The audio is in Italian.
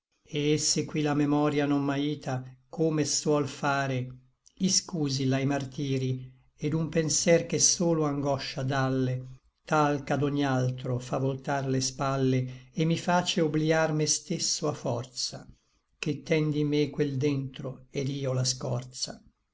e se qui la memoria non m'aita come suol fare iscúsilla i martiri et un penser che solo angoscia dàlle tal ch'ad ogni altro fa voltar le spalle e mi face oblïar me stesso a forza ché tèn di me quel d'entro et io la scorza